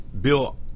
bill